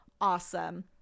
awesome